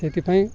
ସେଥିପାଇଁ